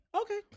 okay